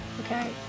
okay